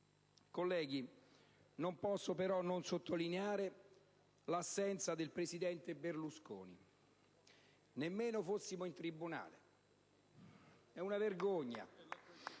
Colleghi, non posso però non sottolineare l'assenza del presidente Berlusconi. Nemmeno fossimo in tribunale! È una vergogna.